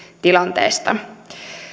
tilanteesta